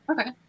Okay